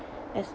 as